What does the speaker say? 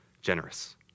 generous